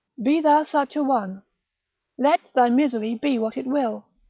be thou such a one let thy misery be what it will,